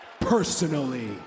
personally